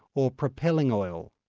or propelling oil.